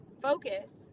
focus